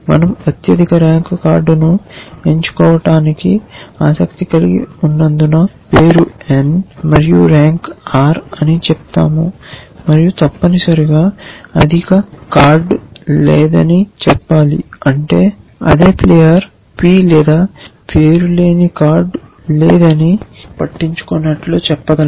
మనం అత్యధిక ర్యాంక్ కార్డును ఎంచుకోవటానికి ఆసక్తి కలిగి ఉన్నందున పేరు n మరియు ర్యాంక్ r అని చెప్తాము మరియు తప్పనిసరిగా అధిక కార్డ్ లేదని చెప్పాలి అంటే అదే ప్లేయర్ p లేదా పేరు లేని కార్డు లేదని మనం పట్టించుకోనట్లు చెప్పగలం